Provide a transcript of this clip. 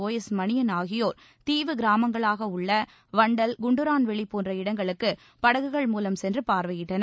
ஔஸ்மணியன் ஆகியோர் தீவு கிராமங்களாக உள்ள வண்டல் குண்டுரான்வெளி போன்ற இடங்களுக்கு படகுகள் மூலம் சென்று பார்வையிட்டனர்